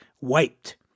wiped